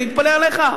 אני מתפלא עליך,